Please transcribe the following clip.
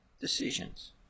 decisions